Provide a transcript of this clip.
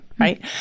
Right